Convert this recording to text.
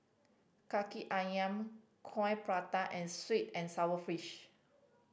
Kaki Ayam Coin Prata and sweet and sour fish